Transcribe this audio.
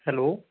hello